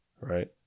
right